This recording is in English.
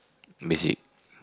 magic